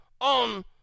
on